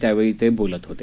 त्यावेळी ते बोलत होते